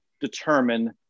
determine